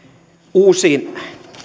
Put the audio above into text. uusi